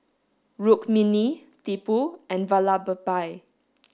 Tukmini Tipu and Vallabhbhai